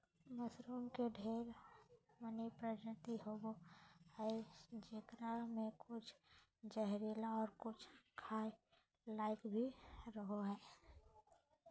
mushroom के ढेर मनी प्रजाति होवो हय जेकरा मे कुछ जहरीला और कुछ खाय लायक भी रहो हय